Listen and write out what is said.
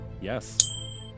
Yes